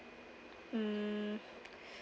mm